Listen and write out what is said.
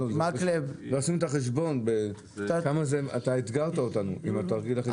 אתה אתגרת אותנו עם התרגיל החשבוני.